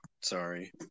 sorry